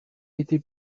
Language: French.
été